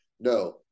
No